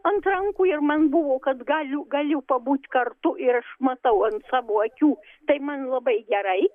ant rankų ir man buvo kad galiu galiu pabūt kartu ir aš matau ant savo akių tai man labai gerai